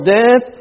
death